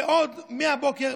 ועוד מהבוקר,